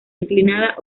inclinada